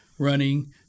running